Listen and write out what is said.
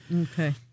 Okay